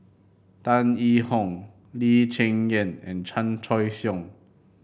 Tan Yee Hong Lee Cheng Yan and Chan Choy Siong